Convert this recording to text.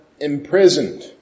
imprisoned